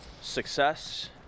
success